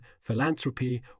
philanthropy